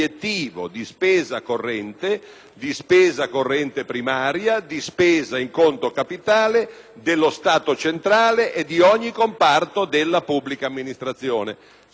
dello Stato centrale e di ogni comparto della pubblica amministrazione». Se c'è l'introduzione di questa precisa frase, allora è quello che ho sostenuto.